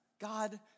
God